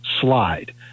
slide